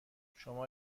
شما